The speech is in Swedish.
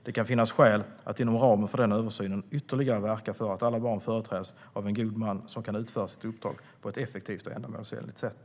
Det kan finnas skäl att inom ramen för den översynen ytterligare verka för att alla barn företräds av en god man som kan utföra sitt uppdrag på ett effektivt och ändamålsenligt sätt.